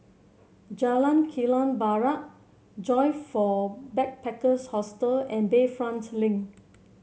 Jalan Kilang Barat Joyfor Backpackers Hostel and Bayfront Link